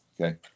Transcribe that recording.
Okay